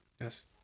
Yes